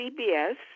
CBS